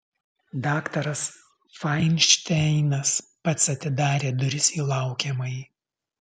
daktaras fainšteinas pats atidarė duris į laukiamąjį